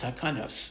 takanos